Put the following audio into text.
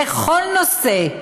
בכל נושא,